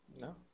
No